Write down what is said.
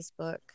Facebook